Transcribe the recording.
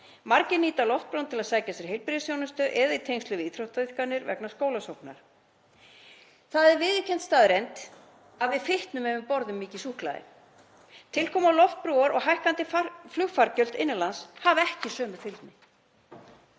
Margir nýta Loftbrúna til að sækja sér heilbrigðisþjónustu eða í tengslum við íþróttaiðkanir og vegna skólasóknar. Það er viðurkennd staðreynd að við fitnum ef við borðum mikið súkkulaði. Tilkoma Loftbrúar og hækkandi flugfargjöld innan lands hafa ekki sömu fylgni.